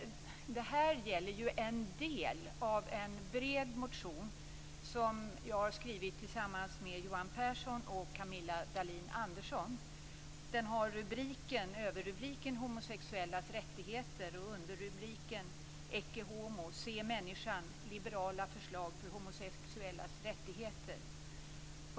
Det gäller en del av en bred motion som jag har skrivit tillsammans med Johan Pehrson och Camilla Dahlin-Andersson. Den har överrubriken Homosexuellas rättigheter och underrubriken Ecce Homo - se människan - liberala förslag för homosexuellas rättigheter.